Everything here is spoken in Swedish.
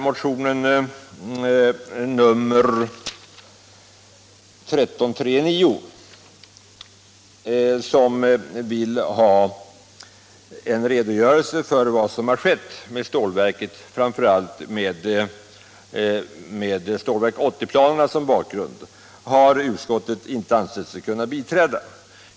Motionen 1339 som vill ha en särskild redogörelse för vad som har skett med stålverket, speciellt med Stålverk 80-planerna som bakgrund, har utskottet inte ansett sig kunna biträda.